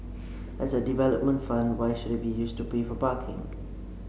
as a development fund why should it be used to pay for parking